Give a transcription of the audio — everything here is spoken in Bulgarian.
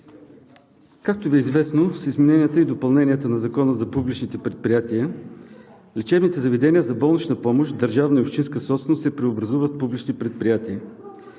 Както Ви е известно, с измененията и допълненията на Закона за публичните предприятия лечебните заведения за болнична помощ, държавна и общинска собственост, се преобразуват в публични предприятия.